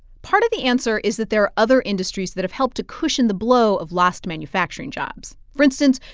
part of the answer is that there are other industries that have helped to cushion the blow of lost manufacturing jobs. for instance,